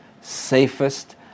safest